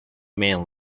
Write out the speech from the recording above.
main